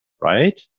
right